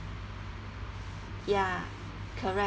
ya correct